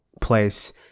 place –